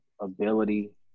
ability